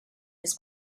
his